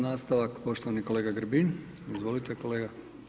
Nastavak poštovani kolega Grbin, izvolite kolega.